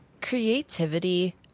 Creativity